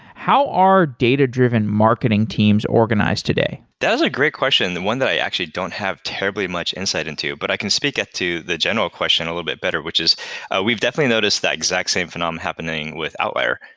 how are data-driven marketing teams organize today? that's a great question. one that i actually don't have terribly much insight into, but i can speak to the general question a little bit better, which is we've definitely noticed that exact same phenomena happening with outlier.